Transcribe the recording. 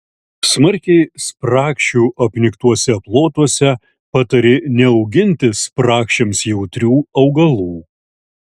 smarkiai spragšių apniktuose plotuose patarė neauginti spragšiams jautrių augalų